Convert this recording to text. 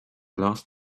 last